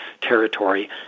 territory